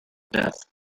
death